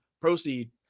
Proceed